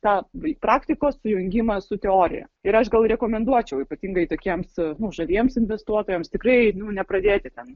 tą praktikos sujungimą su teorija ir aš gal rekomenduočiau ypatingai tokiems nu žaliems investuotojams tikrai nepradėti ten